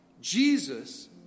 Jesus